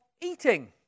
eating